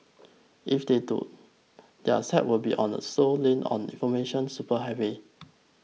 if they don't their site will be on the slow lane on information superhighway